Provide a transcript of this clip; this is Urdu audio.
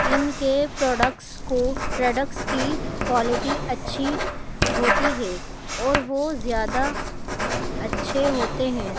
ان کے پروڈکٹس کو پروڈکٹس کی کوالٹی اچھی ہوتی ہے اور وہ زیادہ اچھے ہوتے ہیں